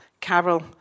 Carol